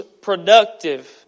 productive